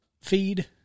feed